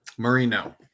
Marino